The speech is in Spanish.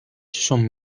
son